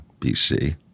BC